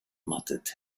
muttered